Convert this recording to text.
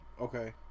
Okay